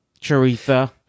Charitha